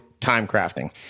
TIMECRAFTING